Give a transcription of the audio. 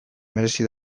merezi